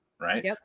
right